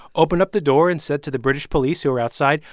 opened up the door and said to the british police who were outside,